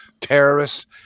terrorists